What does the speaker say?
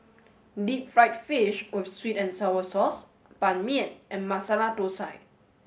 deep fried fish with sweet and sour sauce Ban Mian and Masala Thosai